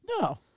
No